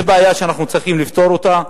זאת בעיה שאנחנו צריכים לפתור אותה,